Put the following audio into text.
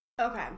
Okay